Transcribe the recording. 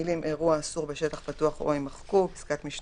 בבריכה אולימפית של 25 מטרים על 10 מטרים